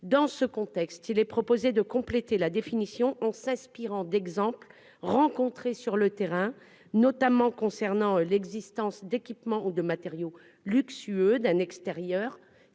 Dans ce contexte, il est proposé de compléter la définition en s'inspirant d'exemples rencontrés sur le terrain. L'existence d'équipements ou de matériaux luxueux, qu'il